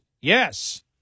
yes